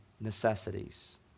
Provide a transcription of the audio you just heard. Necessities